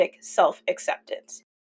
self-acceptance